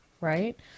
right